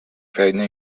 feina